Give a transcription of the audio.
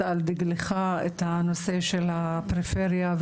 זה יעלה את הפריון,